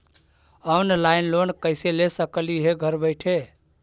Online loan कैसे ले सकली हे घर बैठे?